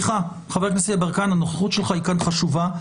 חבר הכנסת יברקן, הנוכחות שלך כאן היא חשובה.